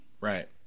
Right